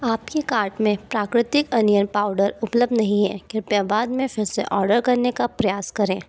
आपके कार्ट में प्राकृतिक अनियन पाउडर उपलब्ध नहीं है कृपया बाद में फिर से ऑर्डर करने का प्रयास करें